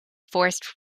forced